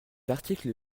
article